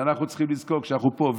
את זה אנחנו צריכים לזכור שאנחנו פה,